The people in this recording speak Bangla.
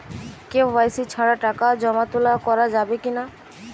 কে.ওয়াই.সি ছাড়া টাকা জমা তোলা করা যাবে কি না?